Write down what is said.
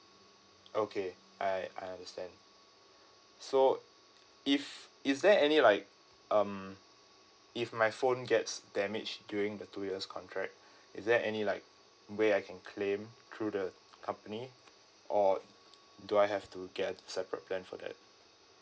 okay I I understand so uh if is there any like um if my phone gets damage during the two years contract is there any like way I can claim through the company or do I have to get separate plan for that